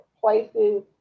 places